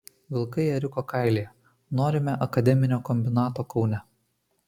vilkai ėriuko kailyje norime akademinio kombinato kaune